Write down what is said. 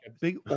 big